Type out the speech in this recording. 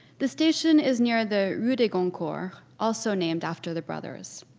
the station is near the rue de goncourt, also named after the brothers.